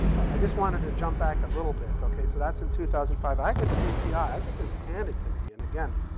i just wanted to jump back a little bit, okay? so that's in two thousand and five. i get to bpi. i get this handed to me. and, again,